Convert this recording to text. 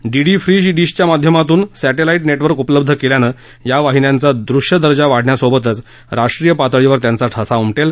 DD free डीशच्या माध्यमातून satellite network उपलब्ध केल्यानं या वाहिन्यांचा दृश्य दर्जा वाढण्याबरोबरच राष्ट्रीय पातळीवर त्यांचा ठसा उमटेल